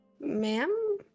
Ma'am